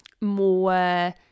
more